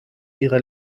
ihre